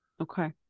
Okay